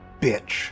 bitch